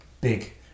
big